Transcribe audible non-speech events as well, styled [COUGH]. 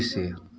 [UNINTELLIGIBLE]